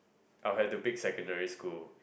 I'll had to pick secondary school